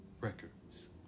Records